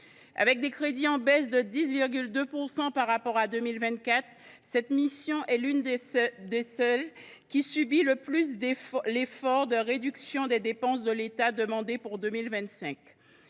Avec des crédits en baisse de 10,2 % par rapport à 2024, elle aussi l’une de celles qui subissent le plus l’effort de réduction des dépenses de l’État demandé pour 2025.